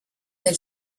elle